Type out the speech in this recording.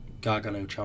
Gargano